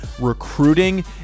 recruiting